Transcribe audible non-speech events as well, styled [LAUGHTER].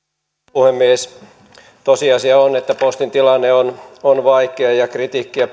puhemies tosiasia on että postin tilanne on on vaikea ja ja kritiikkiä [UNINTELLIGIBLE]